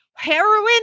heroin